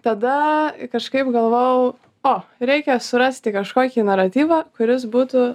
tada kažkaip galvojau o reikia surasti kažkokį naratyvą kuris būtų